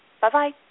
Bye-bye